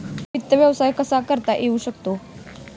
वित्त व्यवसाय कसा करता येऊ शकतो?